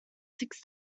six